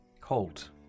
cold